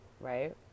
right